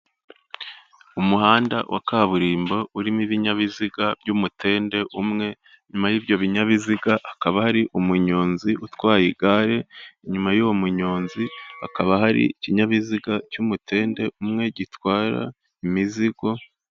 Umuhanda wa kaburimbo urimo ibinyabiziga by'umutende umwe, inyuma y'ibyo binyabiziga hakaba hari umunyonzi utwaye igare, inyuma y'uwo munyonzi hakaba hari ikinyabiziga cy'umutende umwe gitwara imizigo.